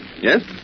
Yes